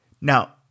Now